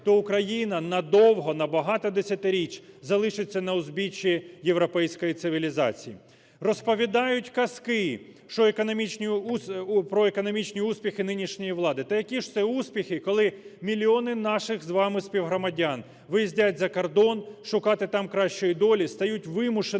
то Україна надовго, набагато десятиріч, залишиться на узбіччі європейської цивілізації. Розповідають казки про економічні успіхи нинішньої влади. Та які ж це успіхи, коли мільйони наших з вами співгромадян виїздять за кордон шукати там кращої долі, стають вимушеними